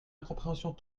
incompréhension